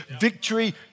Victory